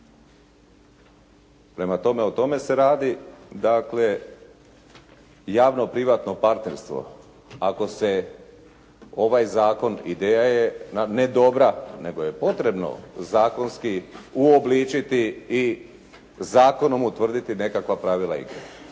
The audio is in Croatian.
Prema tome o tome se radi. Dakle javno-privatno partnerstvo ako se ovaj zakon, ideja je ne dobra nego je potrebno zakonski uobličiti i zakonom utvrditi nekakva pravila igre.